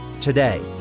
Today